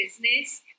business